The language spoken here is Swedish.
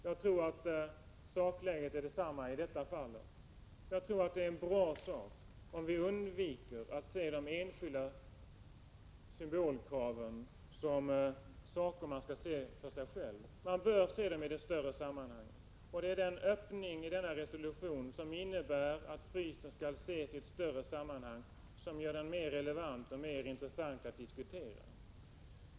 Jag tror att sakläget är detsamma i detta fall. Det vore bra om vi kunde undvika att se vart och ett av de enskilda symbolkraven isolerat från de andra. Dessa krav bör ses i de större sammanhangen. Den öppning i resolutionen som innebär att en frysning skall ses i ett större sammanhang gör den mera intressant och relevant att diskutera.